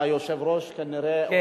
היושב-ראש כנראה בקונסנזוס.